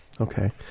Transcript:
Okay